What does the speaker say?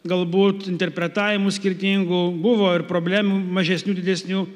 galbūt interpretavimų skirtingų buvo ir problemų mažesnių didesnių